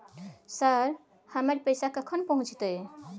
Sir, हमर पैसा कखन पहुंचतै?